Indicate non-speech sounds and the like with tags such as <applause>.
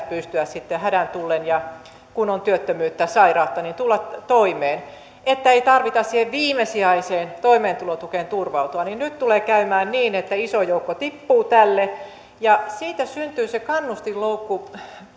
<unintelligible> pystyä sitten hädän tullen kun on työttömyyttä ja sairautta tulemaan toimeen että ei tarvitse siihen viimesijaiseen toimeentulotukeen turvautua niin nyt tulee käymään niin että iso joukko tippuu tälle ja siitä syntyy se kannustinloukku